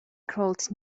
crawled